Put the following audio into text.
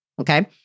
okay